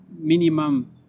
minimum